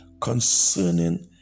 concerning